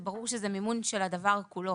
זה ברור שזה מימון של הדבר כולו